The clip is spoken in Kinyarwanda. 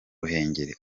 ruhengeri